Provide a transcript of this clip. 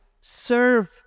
serve